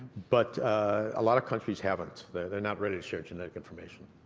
but ah lot of countries haven't. they're they're not ready to share genetic information.